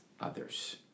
others